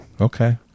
Okay